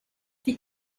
die